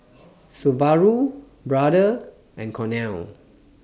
Subaru Brother and Cornell